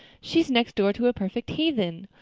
she's next door to a perfect heathen.